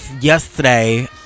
yesterday